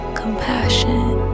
compassion